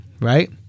right